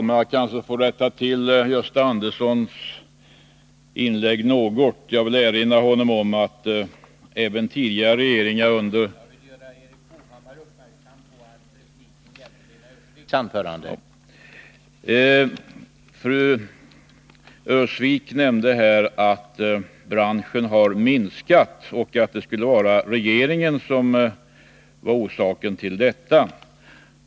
Herr talman! Lena Öhrsvik nämnde att branschen har minskat och att det skulle vara den borgerliga regeringen som var orsaken till detta.